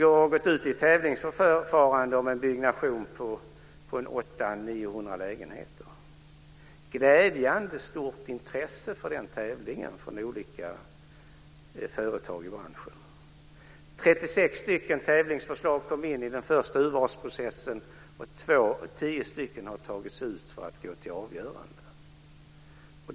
De har gått ut i tävlingsförfarande om en byggnation på 800-900 lägenheter. Det är glädjande stort intresse för den tävlingen från olika företag i branschen. 36 tävlingsförslag kom in i den första urvalsprocessen, och tio har tagits ut för att gå till avgörande.